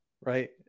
right